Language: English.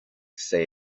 say